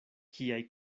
kiaj